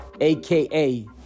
AKA